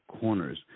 corners